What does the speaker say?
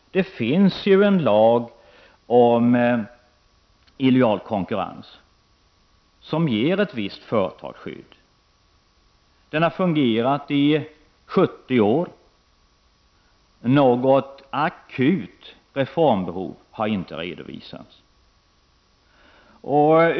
Det finns ju en lag om illojal konkurrens som ger ett visst företagsskydd. Den har fungerat i 70 år. Något akut reformbehov har inte redovisats.